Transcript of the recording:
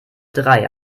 drei